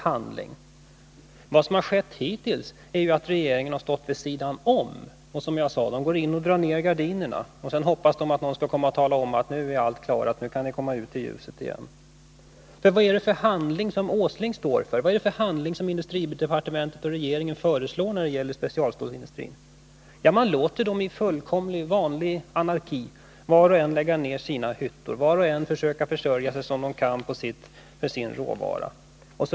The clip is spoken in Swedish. Hittills har ju regeringen stått vid sidan om det hela, den har, som jag sade, gått in och dragit ned gardinerna, varefter den hoppats att någon skulle komma och tala om att allt är klart, så att det går att komma ut i ljuset igen. Vad är det för handling som herr Åsling står för? Vad är det för handling som industridepartementet och regeringen föreslår när det gäller specialstålsindustrin? Man låter alla i vanlig, fullkomlig anarki lägga ned sina hyttor. Var och en får försöka försörja sig så gott det går med sin råvara.